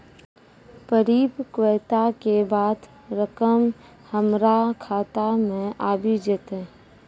परिपक्वता के बाद रकम हमरा खाता मे आबी जेतै?